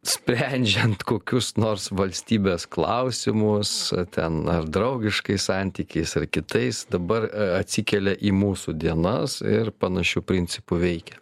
sprendžiant kokius nors valstybės klausimus ten ar draugiškais santykiais ar kitais dabar atsikelia į mūsų dienas ir panašiu principu veikia